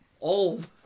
old